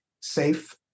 safe